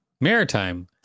maritime